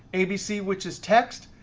abc, which is text.